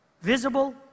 visible